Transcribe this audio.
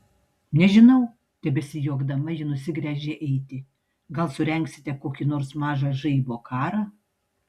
nežinau tebesijuokdama ji nusigręžė eiti gal surengsite kokį nors mažą žaibo karą